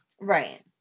right